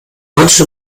manche